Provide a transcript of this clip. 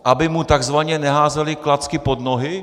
Aby mu takzvaně neházeli klacky pod nohy?